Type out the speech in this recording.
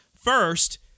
First